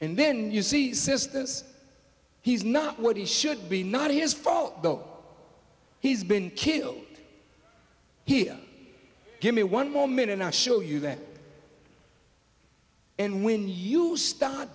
and then you see sistas he's not what he should be not his fault though he's been killed here give me one moment and i'll show you that and when you stop